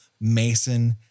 Mason